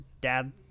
Dad